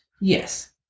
Yes